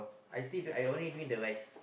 I still do I only doing the rice